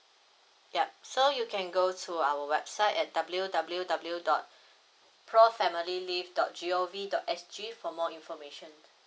yup so you can go to our website at w w w dot pro family leave dot g o v dot s g for more information